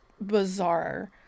bizarre